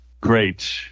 great